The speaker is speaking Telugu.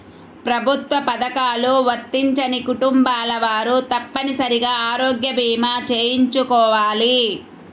ప్రభుత్వ పథకాలు వర్తించని కుటుంబాల వారు తప్పనిసరిగా ఆరోగ్య భీమా చేయించుకోవాలి